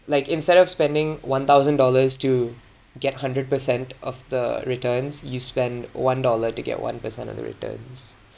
like instead of spending one thousand dollars to get hundred percent of the returns you spend one dollar to get one percent of the returns